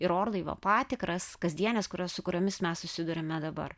ir orlaivio patikras kasdienes kurios su kuriomis mes susiduriame dabar